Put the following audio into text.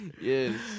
Yes